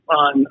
on